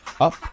Up